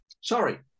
Sorry